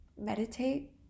meditate